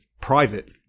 private